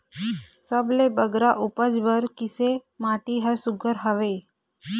सबले बगरा उपज बर किसे माटी हर सुघ्घर हवे?